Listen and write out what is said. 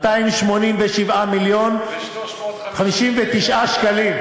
287 מיליון, ו-359, ו-359 שקלים.